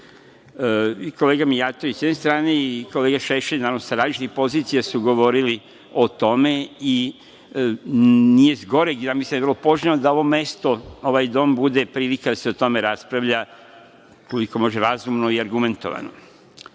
Mijatović, s jedne strane, i kolega Šešelj, naravno sa različitih pozicija su govorili o tome. Nije zgoreg, ja misli da je vrlo poželjno da ovo mesto, ovaj dom bude prilika da se o tome raspravlja koliko može razumno i argumentovano. Naravno,